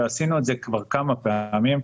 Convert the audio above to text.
ועשינו על זה כבר כמה דיונים,